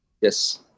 Yes